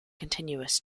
continuous